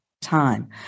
time